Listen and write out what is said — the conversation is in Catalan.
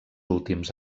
últims